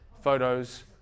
photos